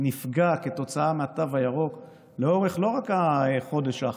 נפגע כתוצאה מהתו הירוק לא רק לאורך החודש האחרון,